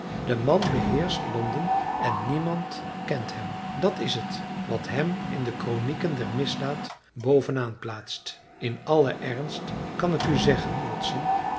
de man beheerscht londen en niemand kent hem dat is het wat hem in de kronieken der misdaad bovenaan plaatst in allen ernst kan ik u zeggen watson